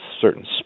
certain